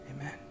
Amen